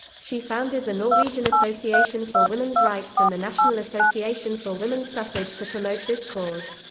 she founded the norwegian association for women's rights and the national association for women's suffrage to promote this cause.